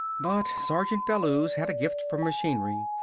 but sergeant bellews had a gift for machinery.